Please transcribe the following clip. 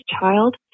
child